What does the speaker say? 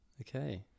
Okay